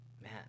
man